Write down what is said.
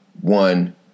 one